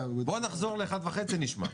בוא נחזור באחת וחצי ונשמע.